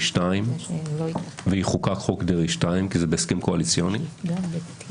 2 ויחוקק חוק דרעי 2 כי זה בהסכם קואליציוני האם,